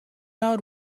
our